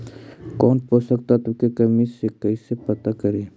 कौन पोषक तत्ब के कमी है कैसे पता करि?